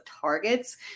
targets